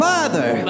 Father